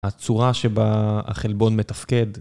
הצורה שבה החלבון מתפקד.